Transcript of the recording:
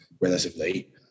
relatively